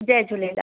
Jay Jhulelal